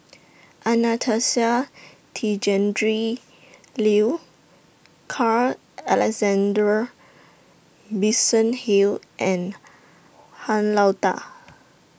Anastasia Tjendri Liew Carl Alexander Hill and Han Lao DA